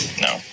No